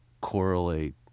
correlate